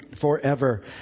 forever